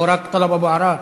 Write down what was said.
או שרק טלב אבו עראר?